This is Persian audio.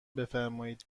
بفرمائید